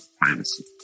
privacy